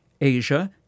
Asia